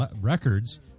records